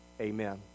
Amen